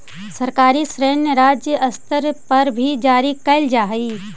सरकारी ऋण राज्य स्तर पर भी जारी कैल जा हई